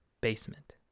basement